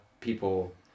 people